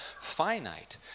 finite